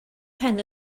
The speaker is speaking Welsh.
pen